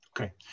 okay